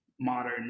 modern